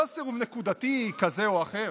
לא סירוב נקודתי כזה או אחר.